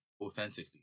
Authentically